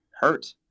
hurt